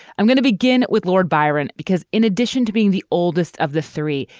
i'm going to begin with lord byron, because in addition to being the oldest of the three,